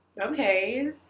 Okay